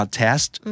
test